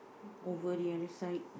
over the other side